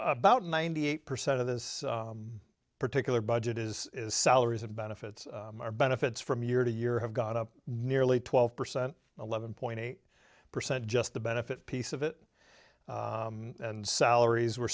about ninety eight percent of this particular budget is salaries and benefits our benefits from year to year have got up nearly twelve percent eleven point eight percent just the benefit piece of it and salaries were